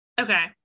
okay